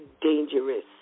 dangerous